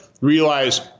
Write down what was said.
realize